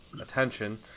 attention